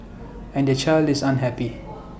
and their child is unhappy